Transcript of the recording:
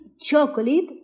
chocolate